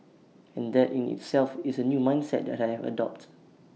and that in itself is A new mindset that I have adopt